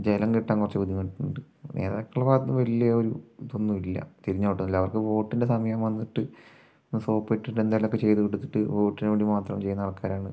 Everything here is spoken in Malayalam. ജലം കിട്ടാൻ കുറച്ചു ബുദ്ധിമുട്ടുണ്ട് നേതാക്കളുടെ ഭാഗത്ത് വലിയ ഒരു ഇതൊന്നുമില്ല തിരിഞ്ഞു നോട്ടമൊന്നുമില്ല അവർക്ക് വോട്ടിൻ്റെ സമയം വന്നിട്ട് ഒന്നു സോപ്പിട്ടിട്ട് എന്തെങ്കിലുമൊക്കെ ചെയ്തു കൊടുത്തിട്ട് വോട്ടിനു വേണ്ടി മാത്രം ചെയ്യുന്ന ആൾക്കാരാണ്